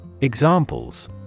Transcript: Examples